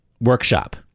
workshop